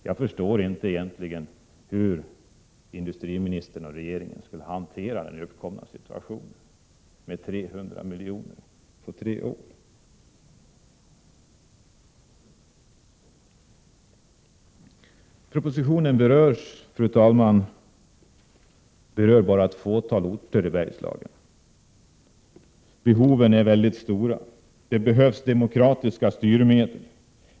Jag förstår egentligen inte hur industriministern och regeringen skulle ha kunnat hantera den uppkomna situationen med 300 milj.kr. på tre år. Fru talman! Propositionen berör bara ett fåtal orter i Bergslagen. Behoven är mycket stora och det behövs demokratiska styrmedel.